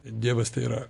dievas tai yra